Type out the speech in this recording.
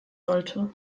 sollte